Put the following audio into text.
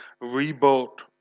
rebuilt